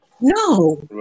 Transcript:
No